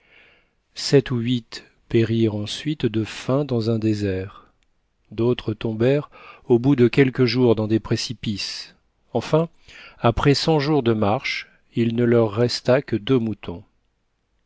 sept ou huit périrent ensuite de faim dans un désert d'autres tombèrent au bout de quelques jours dans des précipices enfin après cent jours de marche il ne leur resta que deux moutons